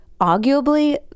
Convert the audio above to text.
arguably